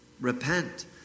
repent